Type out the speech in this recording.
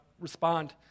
respond